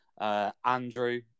Andrew